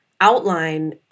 outline